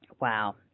Wow